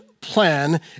plan